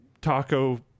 Taco